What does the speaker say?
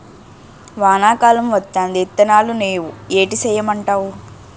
వానా కాలం వత్తాంది ఇత్తనాలు నేవు ఏటి సేయమంటావు